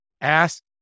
Ask